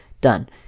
Done